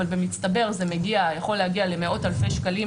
אבל במצטבר זה יכול להגיע למאות אלפי שקלים,